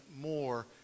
more